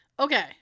Okay